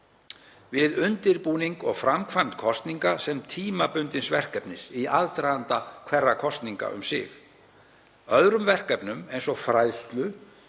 við undirbúning og framkvæmd kosninga sem tímabundins verkefnis í aðdraganda hverra kosninga um sig. Öðrum verkefnum eins og fræðslu,